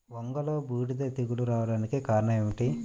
వంగలో బూడిద తెగులు రావడానికి కారణం ఏమిటి?